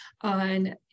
on